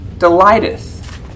delighteth